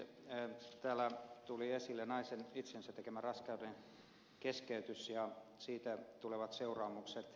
täällä tuli esille naisen itsensä tekemä raskauden keskeytys ja siitä tulevat seuraamukset